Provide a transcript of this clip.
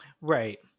Right